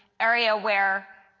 area where